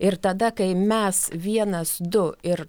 ir tada kai mes vienas du ir